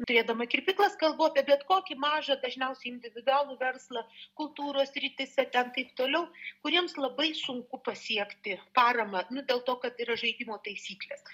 turėdama kirpyklas kalbu apie bet kokį mažą dažniausiai individualų verslą kultūros srityse ten taip toliau kuriems labai sunku pasiekti paramą nu dėl to kad yra žaidimo taisyklės